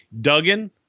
Duggan